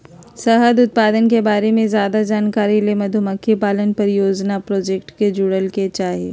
शहद उत्पादन के बारे मे ज्यादे जानकारी ले मधुमक्खी पालन परियोजना प्रोजेक्ट से जुड़य के चाही